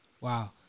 Wow